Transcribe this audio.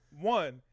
One